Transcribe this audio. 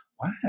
wow